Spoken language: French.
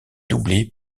doublée